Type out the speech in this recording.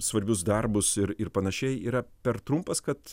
svarbius darbus ir ir panašiai yra per trumpas kad